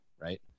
Right